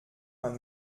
man